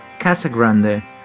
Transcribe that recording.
Casagrande